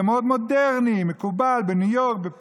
זה מאוד מודרני ומקובל בניו יורק, בפריז,